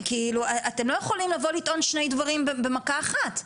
אתם לא יכולים לבוא לטעון שני דברים במכה אחת.